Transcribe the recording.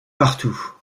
partout